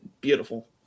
Beautiful